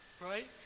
Right